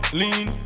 lean